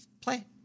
play